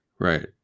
Right